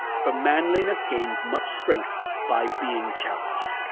for manliness gains much strength by being challenged.